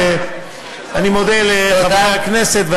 ואני מודה לחברי הכנסת.